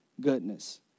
goodness